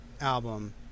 album